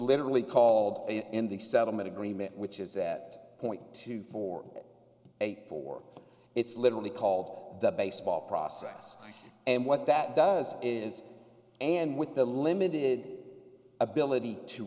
literally called in the settlement agreement which is that point two four eight four it's literally called the baseball process and what that does is an with the limited ability to